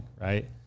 right